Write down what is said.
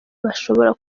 bashobora